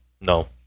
No